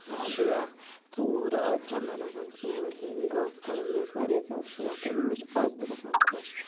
آ بیٚیہِ اَتھ ژوٗر چَمنَن آسان ژوٗر ہٮ۪نۍ گاسہٕ کَڈُن مےٚ اوس وارِیاہ زیادٕ شوق امیُک مےٚ چھُ اَز تہِ گَژھان خۅش